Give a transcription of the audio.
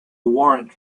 warrant